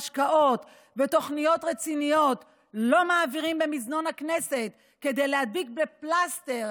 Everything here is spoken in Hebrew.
השקעות ותוכניות רציניות לא מעבירים במזנון הכנסת כדי להדביק בפלסטר